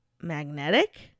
magnetic